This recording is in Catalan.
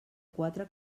quatre